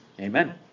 amen